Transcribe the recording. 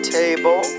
table